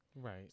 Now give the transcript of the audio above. right